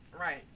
Right